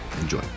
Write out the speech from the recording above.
Enjoy